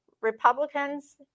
Republicans